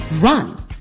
run